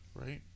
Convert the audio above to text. Right